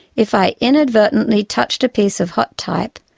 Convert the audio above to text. if i inadvertently touched a piece of hot type,